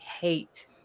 hate